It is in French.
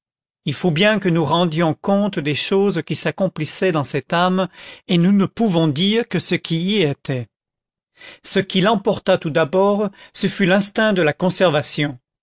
il faut bien que nous rendions compte des choses qui s'accomplissaient dans cette âme et nous ne pouvons dire que ce qui y était ce qui l'emporta tout d'abord ce fut l'instinct de la conservation